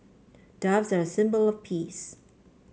doves are a symbol of peace